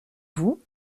vous